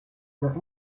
were